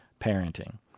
parenting